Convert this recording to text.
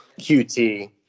QT